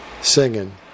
singing